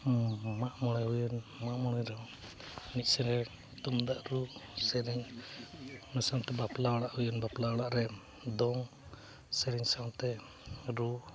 ᱢᱟᱜ ᱢᱚᱬᱮ ᱦᱩᱭᱮᱱ ᱢᱟᱜ ᱢᱚᱬᱮ ᱨᱮᱦᱚᱸ ᱮᱱᱮᱡ ᱥᱮᱨᱮᱧ ᱛᱩᱢᱫᱟᱜ ᱨᱩ ᱥᱮᱨᱮᱧ ᱚᱱᱟ ᱥᱟᱶᱛᱮ ᱵᱟᱯᱞᱟ ᱚᱲᱟᱜ ᱦᱩᱭᱮᱱ ᱵᱟᱯᱞᱟ ᱚᱲᱟᱜ ᱨᱮ ᱫᱚᱝ ᱥᱮᱨᱮᱧ ᱥᱟᱶᱛᱮ ᱨᱩ